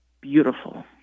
beautiful